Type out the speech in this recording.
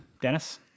Dennis